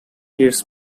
its